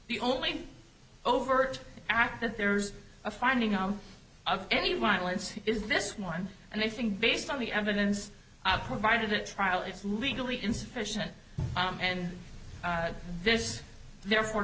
the only overt act that there's a finding on of any violence is this one and i think based on the evidence i've provided a trial it's legally insufficient and this therefore